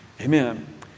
Amen